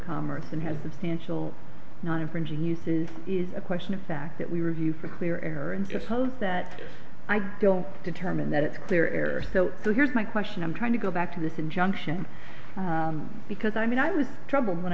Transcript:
commerce and has substantial not infringing uses is a question of fact that we review for clear error and it's hoped that i don't determine that it's their error so here's my question i'm trying to go back to this injunction because i mean i was troubled when